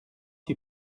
t’y